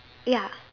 ya